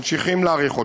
ממשיכים להאריך אותו,